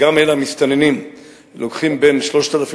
גם אלה המסתננים לוקחים בין 3,000